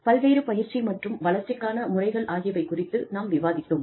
பல்வேறு பயிற்சி மற்றும் வளர்ச்சிக்கான முறைகள் ஆகியவை குறித்து நாம் விவாதித்தோம்